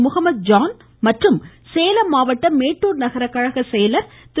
முகமது ஜான் மற்றும் சேலம் மாவட்டம் மேட்டூர் நகர கழகச் செயலாளர் திரு